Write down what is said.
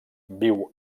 viu